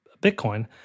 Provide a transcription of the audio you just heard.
Bitcoin